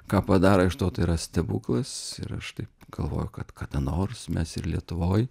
ką padaro iš to tai yra stebuklas ir aš taip galvoju kad kada nors mes ir lietuvoj